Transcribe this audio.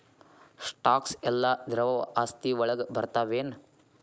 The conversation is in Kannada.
ಸ್ಟಾಕ್ಸ್ ಯೆಲ್ಲಾ ದ್ರವ ಆಸ್ತಿ ವಳಗ್ ಬರ್ತಾವೆನ?